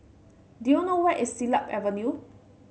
do you know where is Siglap Avenue